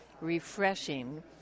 refreshing